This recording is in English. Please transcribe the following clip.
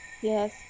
Yes